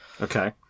Okay